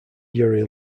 yuri